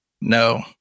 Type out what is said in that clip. No